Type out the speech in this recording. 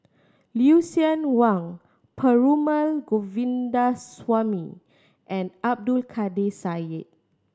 Lucien Wang Perumal Govindaswamy and Abdul Kadir Syed